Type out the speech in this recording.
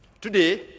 Today